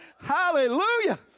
Hallelujah